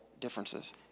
differences